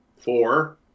Four